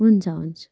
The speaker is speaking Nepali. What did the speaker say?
हुन्छ हुन्छ